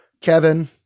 Kevin